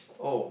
oh